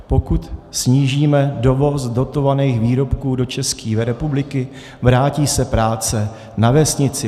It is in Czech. Pokud snížíme dovoz dotovaných výrobků do České republiky, vrátí se práce na vesnici.